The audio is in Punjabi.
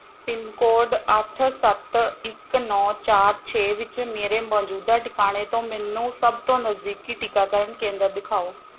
ਪਿੰਨਕੋਡ ਅੱਠ ਸੱਤ ਇੱਕ ਨੌ ਚਾਰ ਛੇ ਵਿੱਚ ਮੇਰੇ ਮੌਜੂਦਾ ਟਿਕਾਣੇ ਤੋਂ ਮੈਨੂੰ ਸਭ ਤੋਂ ਨਜ਼ਦੀਕੀ ਟੀਕਾਕਰਨ ਕੇਂਦਰ ਦਿਖਾਓ